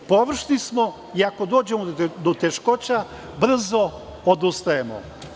Površni smo i ako dođemo do teškoća brzo odustajemo.